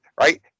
right